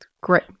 Great